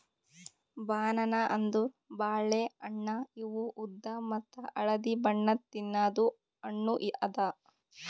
banana ಅಂದುರ್ ಬಾಳೆ ಹಣ್ಣ ಇವು ಉದ್ದ ಮತ್ತ ಹಳದಿ ಬಣ್ಣದ್ ತಿನ್ನದು ಹಣ್ಣು ಅದಾ